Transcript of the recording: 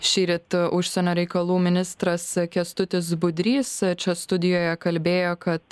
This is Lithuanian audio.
šįryt užsienio reikalų ministras kęstutis budrys čia studijoje kalbėjo kad